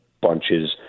bunches